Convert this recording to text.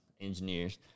engineers